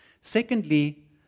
Secondly